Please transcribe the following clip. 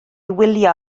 wylio